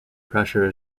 pressure